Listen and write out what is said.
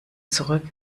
zurück